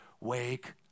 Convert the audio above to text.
Wake